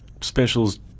specials